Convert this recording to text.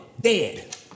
dead